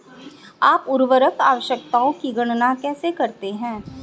आप उर्वरक आवश्यकताओं की गणना कैसे करते हैं?